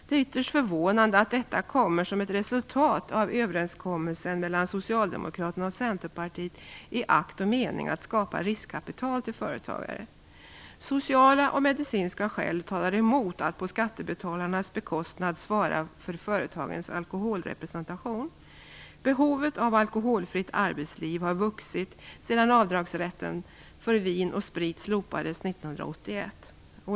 Det är ytterst förvånande att detta kommer som ett resultat av överenskommelsen mellan Socialdemokraterna och Centerpartiet i akt och mening att skapa riskkapital till företagare. Sociala och medicinska skäl talar emot att på skattebetalarnas bekostnad svara för företagens alkoholrepresentation. Behovet av ett alkoholfritt arbetsliv har vuxit sedan avdragsrätten för vin och sprit slopades 1981.